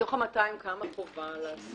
מתוך ה-200, כמה חובה?